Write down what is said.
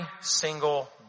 single